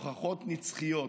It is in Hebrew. הוכחות ניצחות,